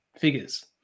figures